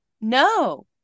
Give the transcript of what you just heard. No